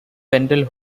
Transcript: wendell